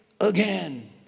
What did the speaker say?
again